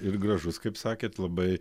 ir gražus kaip sakėt labai